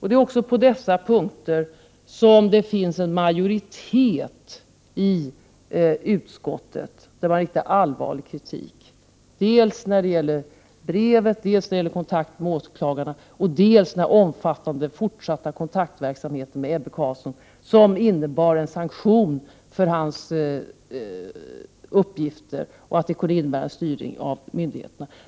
Det är på dessa punkter som en majoritet av utskottet uttalar allvarlig kritik när det gäller dels brevet, dels kontakt med åklagarna, dels den omfattande fortsatta kontaktverksamheten med Ebbe Carlsson, som innebar en sanktion av hans uppgifter och kunde innebära en styrning av myndigheterna.